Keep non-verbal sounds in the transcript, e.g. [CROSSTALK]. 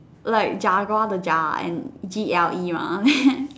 like jaguar the jar and G L E mah [LAUGHS]